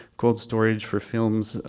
quote storage for films,